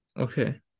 Okay